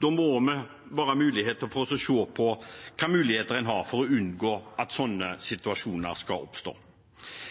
må det være mulig å se på hvilke muligheter en har for å unngå at sånne situasjoner skal oppstå.